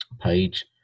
page